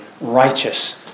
righteous